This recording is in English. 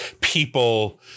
people